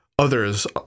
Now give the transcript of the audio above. Others